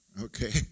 Okay